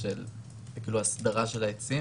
בנוגע להסדרה של העצים,